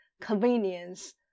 convenience